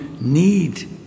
need